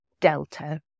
delta